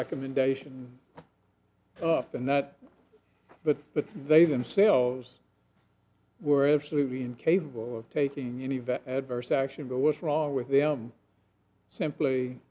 recommendation and that but that they themselves were absolutely incapable of taking any adverse action but what's wrong with them simply